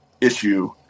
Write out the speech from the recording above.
issue